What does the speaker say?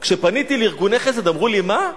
כשפניתי לארגוני חסד אמרו לי: מה?